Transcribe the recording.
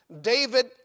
David